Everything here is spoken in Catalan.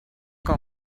que